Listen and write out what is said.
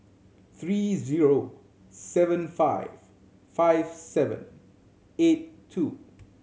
three zero seven five five seven eight two